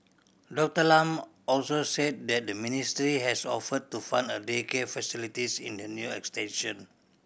Doctor Lam also said that the ministry has offered to fund a daycare facilities in the new extension